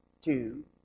two